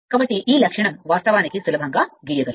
కాబట్టి ఈ లక్షణం వాస్తవానికి సులభంగా గీయగలదు